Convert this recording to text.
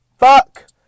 Fuck